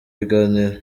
biganiro